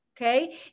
okay